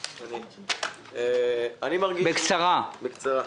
בבקשה, בקצרה.